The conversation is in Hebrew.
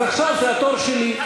אז עכשיו זה התור שלי.